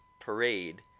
parade